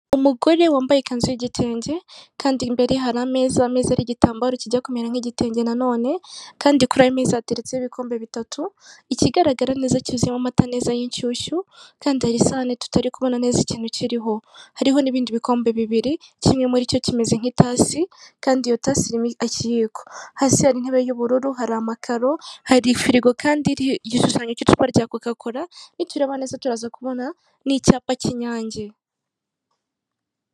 Umugore wambaye ikanzu y'igitenge kandi imbere hari ameza ariho igitambaro kijya kumera nk'igitenge nanone, kandi kuri ayo meza hateretseho ibikombe bitatu ikigaragara neza cyuzuyemo amata neza y'inshyushyu kandi hari isane tutari kubona neza ikintu kiriho, hariho n'ibindi bikombe bibiri kimwe muri cyo kimeze nk'itasi kandi iyo tayiko hasi hari intebe y'ubururu hari amakaro hari firigo kandi igishushanyo cy'icupa rya kokakora nitureba neza turaza kubona n'icyapa cy'inyange.